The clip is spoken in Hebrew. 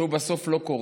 שבסוף לא קורה,